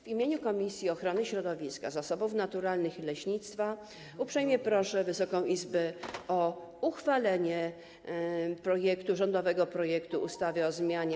W imieniu Komisji Ochrony Środowiska, Zasobów Naturalnych i Leśnictwa uprzejmie proszę Wysoką Izbę o uchwalenie rządowego projektu ustawy o zmianie